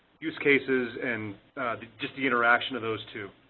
use cases and just the interaction of those two.